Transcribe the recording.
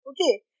okay